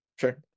Sure